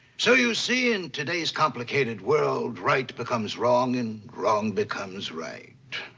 so you see, in today's complicated world, right becomes wrong and wrong becomes right.